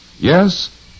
Yes